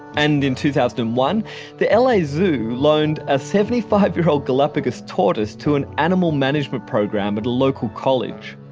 and in two thousand and one the l a. zoo loaned a seventy five year old galapagos tortoise to an animal management program at local college.